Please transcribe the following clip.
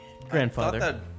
Grandfather